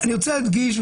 אני רוצה להדגיש,